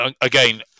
again